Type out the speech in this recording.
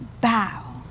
bow